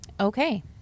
Okay